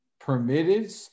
permitted